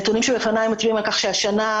הנתונים שלפני מראים על כך שהשנה,